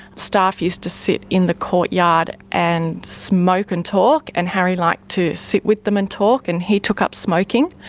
staff used to sit in the courtyard and smoke and talk and harry liked to sit with them and talk, and he took up smoking.